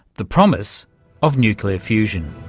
the promise of nuclear fusion.